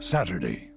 Saturday